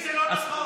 עובדתית זה לא נכון.